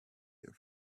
her